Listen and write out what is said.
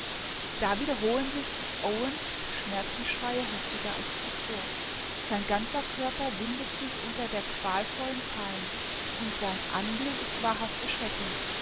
da wiederholen sich owen's schmerzensschreie heftiger als zuvor sein ganzer körper windet sich unter der qualvollen pein und sein anblick ist wahrhaft erschreckend